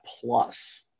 plus